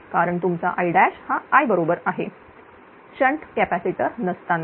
कारण तुमचा I हा I बरोबर आहे शंट कॅपॅसिटर नसताना